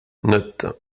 note